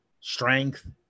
strength